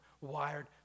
wired